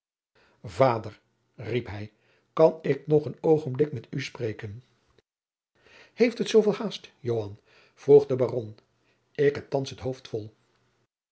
vader riep hij kan ik nog een oogenblik met u spreken heeft het zoo veel haast joan vroeg de baron ik heb thands het hoofd vol